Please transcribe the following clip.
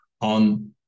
on